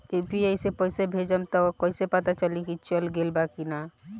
UPI से पइसा भेजम त कइसे पता चलि की चल गेल बा की न?